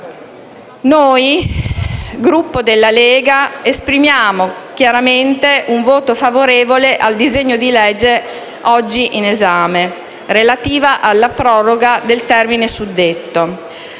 Premier esprimiamo chiaramente un voto favorevole al disegno di legge oggi in esame relativo alla proroga del termine suddetto.